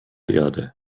erde